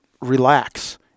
relax